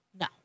No